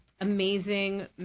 amazing